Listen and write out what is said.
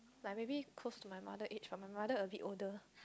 like maybe close to my mother age but my mother a bit older